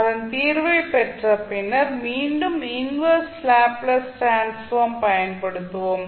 அதன் தீர்வைப் பெற்று பின்னர் மீண்டும் இன்வெர்ஸ் லேப்ளேஸ் டிரான்ஸ்ஃபார்ம் பயன்படுத்துவோம்